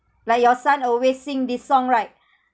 like your son always sing this song right